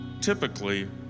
typically